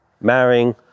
marrying